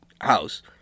house